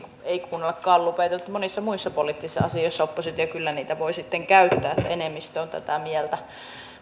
ei kuunnella gallupeja monissa muissa poliittisissa asioissa oppositio kyllä niitä voi sitten käyttää että enemmistö on tätä mieltä